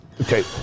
Okay